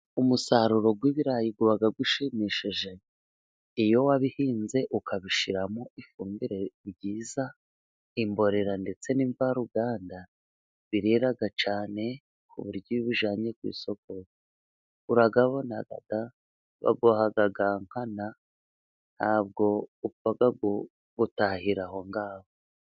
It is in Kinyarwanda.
Umusaruro w'ibirayi uba ushimishije iyo wabihinze ukabishyira mu ifumbire nziza imborera ndetse n'imvaruganda birera cyane ku buryo iyo ubijyanye ku isoko urayabona baguha nkana ntabwo upfa gutahira aho ngaho.